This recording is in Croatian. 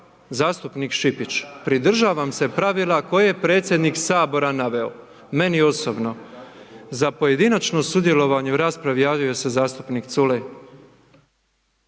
zastupnik Šipić, pridržavam se pravila koje je predsjednik Sabora naveo meni osobno. Za pojedinačno sudjelovanje u raspravi, javio se zastupnik Culej.